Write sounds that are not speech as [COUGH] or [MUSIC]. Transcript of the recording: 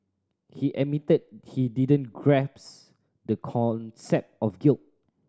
he admitted he didn't [UNINTELLIGIBLE] the concept of guilt